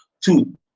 Two